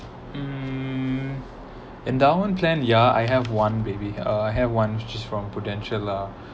mm endowment plan yeah I have one baby ah have ones which is from prudential lah